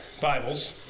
Bibles